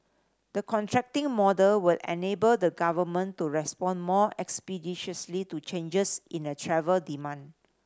the contracting model will enable the Government to respond more expeditiously to changes in the travel demand